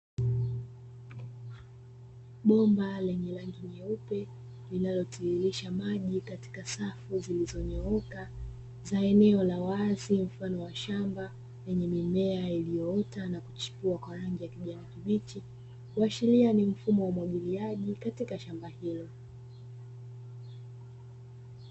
Bomba lenye rangi nyeupe linalotiririsha maji katika safu zilizonyooka za eneo la wazi mfano wa shamba lenye mimea iliyoota na kuchipua kwa rangi ya kijani kibichi kuashiria ni mfumo wa umwagiliaji katika shamba hilo.